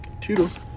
Toodles